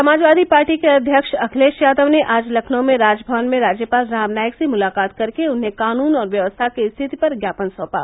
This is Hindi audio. समाजवादी पार्टी के अध्यक्ष अखिलेश यादव ने आज लखनऊ में राजभवन में राज्यपाल राम नाईक से मुलाकात करके उन्हें कानून और व्यवस्था की स्थिति पर ज्ञापन सौंपा